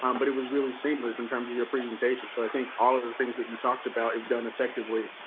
um but it was really seamless in terms of and your presentation. so, i think all of the things that you talked about, if done effectively,